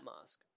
mask